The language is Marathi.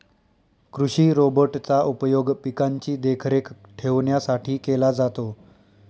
कृषि रोबोट चा उपयोग पिकांची देखरेख ठेवण्यासाठी केला जातो